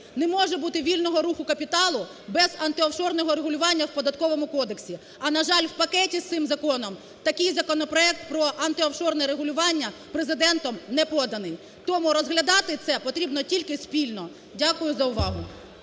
не може бути вільного руху капіталу безантиофшорного регулювання в Податковому кодексі, а, на жаль, в пакеті із цим законом такий законопроект про антиофшорне регулювання Президентом не поданий. Тому розглядати це потрібно спільно. Дякую за увагу.